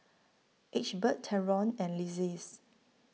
Egbert Trevon and